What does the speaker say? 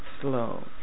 slow